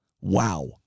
Wow